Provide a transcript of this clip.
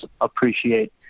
appreciate